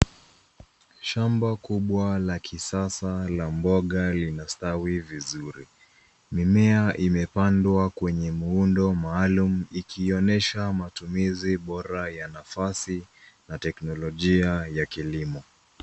Shamba kubwa la kisasa la mboga linastawi vizuri. Mimea imepandwa kwenye muundo maalum ikionyesha matumizi bora ya nafasi na teknolija ya kilimo.